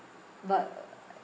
but